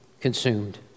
consumed